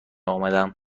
آمدم